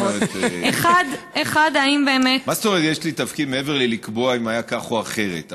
מה זאת אומרת יש לי תפקיד מעבר ללקבוע אם היה כך או אחרת?